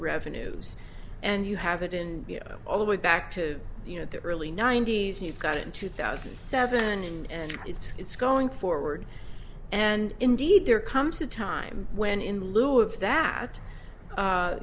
revenues and you have it in all the way back to you know the early ninety's you got it in two thousand and seven and it's it's going forward and indeed there comes a time when in lieu of that